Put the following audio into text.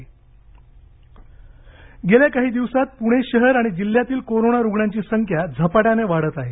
पणे गेल्या काही दिवसांत पुणे शहर आणि जिल्ह्यातील कोरोना रुग्णांची संख्या झपाट्याने वाढत आहे